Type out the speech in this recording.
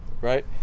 Right